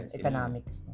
economics